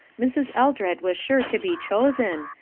mrs. eldred was sure to be chosen,